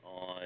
on